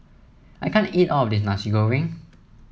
I can't eat all of this Nasi Goreng